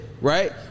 right